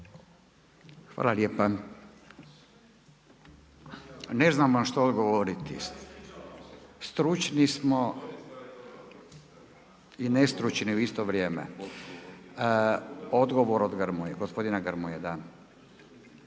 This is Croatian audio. Hvala lijepa. Ne znam vam što odgovoriti. Stručni smo i nestručni u isto vrijeme. Odgovor od gospodina Grmoje.